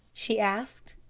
she asked.